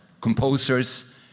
composers